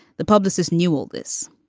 the publicist knew all this.